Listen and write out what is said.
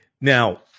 now